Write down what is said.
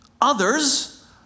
others